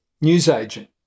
newsagent